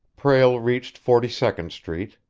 prale reached forty-second street,